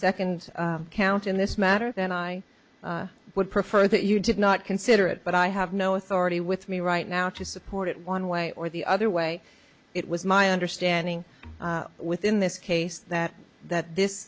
second count in this matter and i would prefer that you did not consider it but i have no authority with me right now to support it one way or the other way it was my understanding within this case that that this